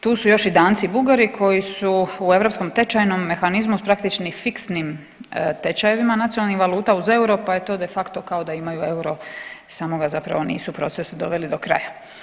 Tu su još i Danci i Bugari koji su u europskom tečajnom mehanizmu s praktički fiksnim tečajevima nacionalnih valuta uz euro pa je to de facto kao da imaju euro, samo ga zapravo nisu proces doveli do kraja.